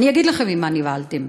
אני אגיד לכם ממה נבהלתם,